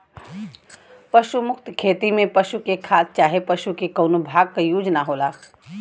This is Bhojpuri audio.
पशु मुक्त खेती में पशु के खाद चाहे पशु के कउनो भाग क यूज ना होला